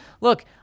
Look